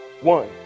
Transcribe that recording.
one